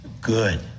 good